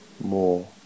more